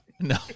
No